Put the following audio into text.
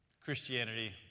Christianity